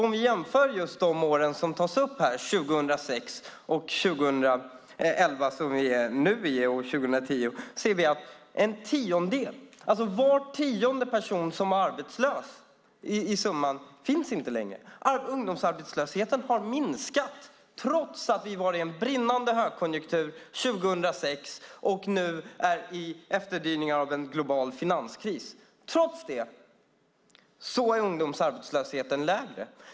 Om vi jämför de år som tas upp här, åren 2006 och 2011 men också 2010, ser vi att var tionde person som varit arbetslös inte längre finns med som arbetslös. Ungdomsarbetslösheten har minskat trots att vi hade en brinnande högkonjunktur 2006 och nu befinner oss i efterdyningarna av en global finanskris. Trots det är alltså ungdomsarbetslösheten nu lägre.